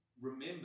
Remember